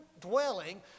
dwelling